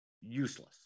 useless